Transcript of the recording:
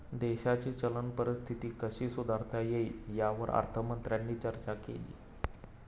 देशाची चलन परिस्थिती कशी सुधारता येईल, यावर अर्थमंत्र्यांनी चर्चा केली